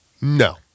No